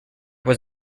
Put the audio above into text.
was